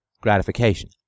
gratification